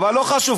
אבל לא חשוב.